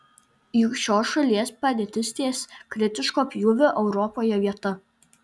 juk šios šalies padėtis ties kritiško pjūvio europoje vieta